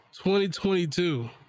2022